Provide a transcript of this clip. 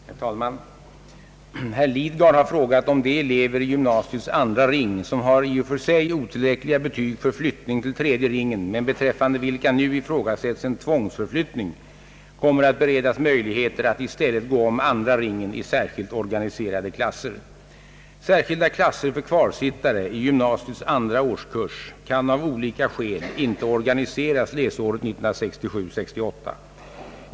Herr talman! Herr Lidgard har frågat, om de elever i gymnasiets andra ring som har i och för sig otillräckliga betyg för flyttning till tredje ringen men beträffande vilka nu ifrågasätts en tvångsförflyttning kommer att beredas möjligheter att i stället gå om andra ringen i särskilt organiserade klasser. Särskilda klasser för kvarsittare i gymnasiets andra årskurs kan av olika skäl inte organiseras läsåret 1967/68.